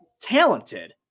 talented